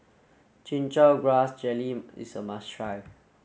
Chin Chow Grass Jelly is a must try